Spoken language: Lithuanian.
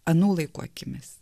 anų laikų akimis